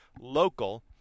local